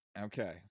okay